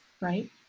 right